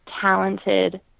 talented